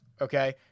okay